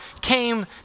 came